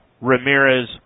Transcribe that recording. Ramirez